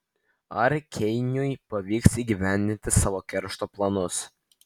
ar keiniui pavyks įgyvendinti savo keršto planus